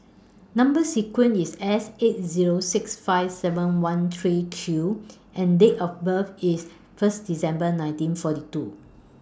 Number sequence IS S eight Zero six five seven one three Q and Date of birth IS First December nineteen forty two